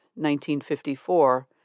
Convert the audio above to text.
1954